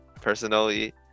personally